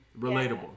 Relatable